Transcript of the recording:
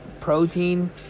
protein